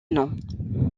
nom